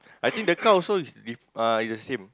I think the cow also is diff~ uh it's the same